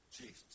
Jesus